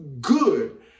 good